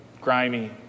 grimy